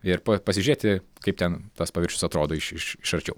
ir pasižiūrėti kaip ten tas paviršius atrodo iš iš iš arčiau